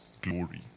glory